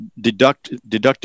deducted